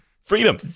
freedom